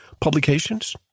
publications